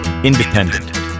Independent